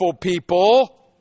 people